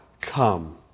come